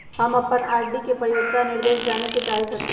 हम अपन आर.डी के परिपक्वता निर्देश जाने के चाहईत हती